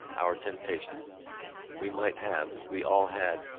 our temptations we might have, we all had,